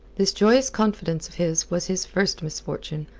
this joyous confidence of his was his first misfortune.